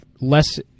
less